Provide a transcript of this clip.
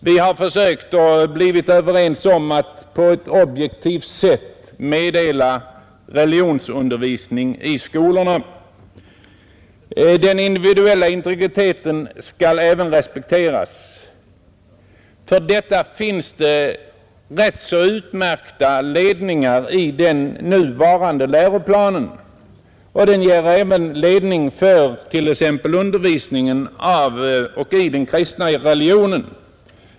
Vi har blivit överens om att på ett objektivt sätt meddela religionsundervisning i skolorna. Den individuella integriteten skall även respekteras. För detta finns det rätt så utmärkta anvisningar i den nuvarande läroplanen. Den ger även ledning för t.ex. undervisningen i den kristna religionen.